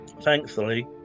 thankfully